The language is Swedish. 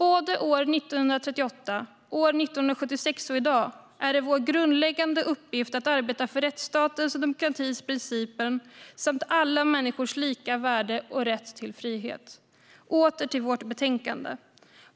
År 1938, år 1976 och i dag är det vår grundläggande uppgift att arbeta för rättsstatens och demokratins principer samt alla människors lika värde och rätt till frihet. Åter till vårt betänkande.